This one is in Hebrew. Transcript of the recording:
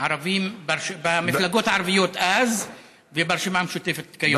הערבים במפלגות הערביות אז, וברשימה המשותפת כיום.